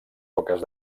poques